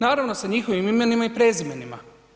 Naravno sa njihovim imenima i prezimenima.